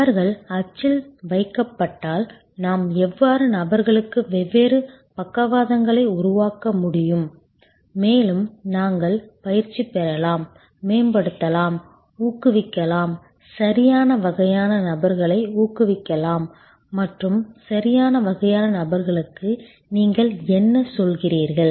அவர்கள் அச்சில் வைக்கப்பட்டால் நாம் வெவ்வேறு நபர்களுக்கு வெவ்வேறு பக்கவாதங்களை உருவாக்க முடியும் மேலும் நாங்கள் பயிற்சி பெறலாம் மேம்படுத்தலாம் ஊக்குவிக்கலாம் சரியான வகையான நபர்களை ஊக்குவிக்கலாம் மற்றும் சரியான வகையான நபர்களுக்கு நீங்கள் என்ன சொல்கிறீர்கள்